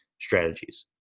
strategies